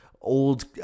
old